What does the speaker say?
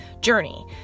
journey